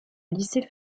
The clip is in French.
lycée